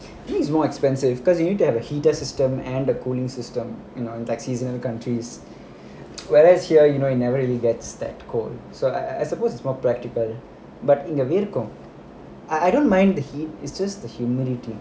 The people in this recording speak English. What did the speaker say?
I think it's more expensive because you need to have a heater system and the cooling system and all the taxis in other countries whereas here you know it never really gets that cold so I I suppose it's more practical but in a vehicle I I don't mind the heat it's just the humidity